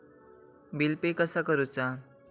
Bill pay कसा करुचा?